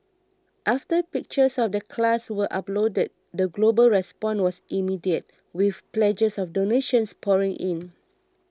after pictures of the class were uploaded the global response was immediate with pledges of donations pouring in